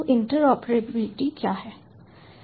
तो इंटरऑपरेबिलिटी क्या है